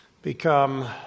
become